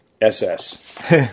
ss